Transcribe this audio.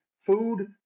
food